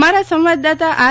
અમારા સંવાદદાતા આર